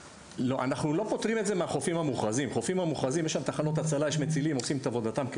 למנהל החופים, שגדל בהצלה, תשמור עלי.